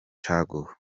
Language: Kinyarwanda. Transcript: caguwa